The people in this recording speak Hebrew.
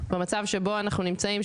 במצב שבו אנחנו נמצאים,